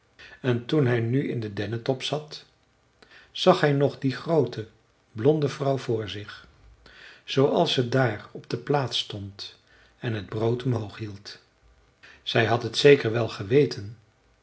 en toen hij nu in den dennetop zat zag hij nog die groote blonde vrouw voor zich zooals ze daar op de plaats stond en het brood omhoog hield zij had t zeker wel geweten